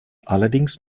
allerdings